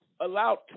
allowed